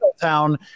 Town